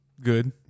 good